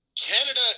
Canada